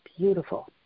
Beautiful